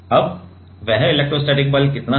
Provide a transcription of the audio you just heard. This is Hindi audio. अब वह इलेक्ट्रोस्टैटिक बल कितना है